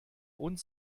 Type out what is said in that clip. und